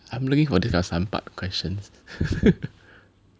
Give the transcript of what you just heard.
I am looking for this err sempat questions